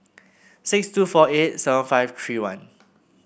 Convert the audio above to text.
six two four eight seven five three one